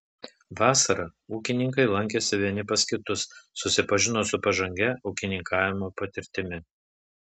vasarą ūkininkai lankėsi vieni pas kitus susipažino su pažangia ūkininkavimo patirtimi